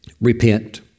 Repent